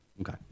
Okay